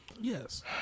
Yes